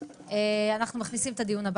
הישיבה ננעלה